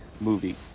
movie